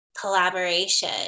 collaboration